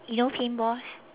you know paint balls